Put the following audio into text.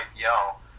yell